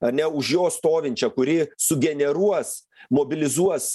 ane už jo stovinčią kuri sugeneruos mobilizuos